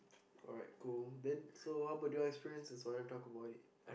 alright cool then so how about your experiences do you wanna talk about it